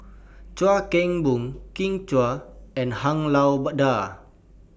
Chuan Keng Boon Kin Chui and Han Lao DA